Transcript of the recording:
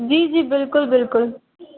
जी जी बिल्कुल बिल्कुल